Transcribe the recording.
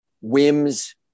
whims